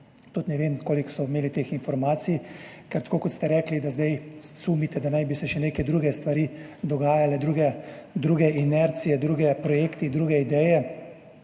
Tudi ne vem, koliko so imeli teh informacij. Ker tako kot ste rekli, da zdaj sumite, naj bi se še neke druge stvari dogajale, druge inercije, drugi projekti, druge ideje.